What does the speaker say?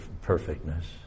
perfectness